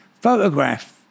Photograph